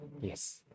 Yes